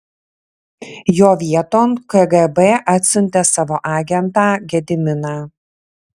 jo vieton kgb atsiuntė savo agentą gediminą